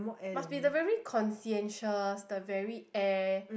must be the very conscientious the very air